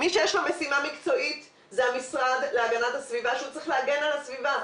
מי שיש לו משימה מקצועית זה המשרד להגנת הסביבה שצריך להגן על הסביבה,